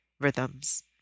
rhythms